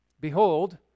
Behold